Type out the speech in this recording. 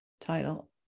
title